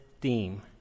theme